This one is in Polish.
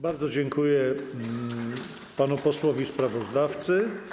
Bardzo dziękuję panu posłowi sprawozdawcy.